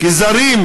כזרים